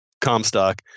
Comstock